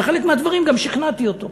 ובחלק מהדברים גם שכנעתי אותו.